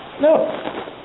No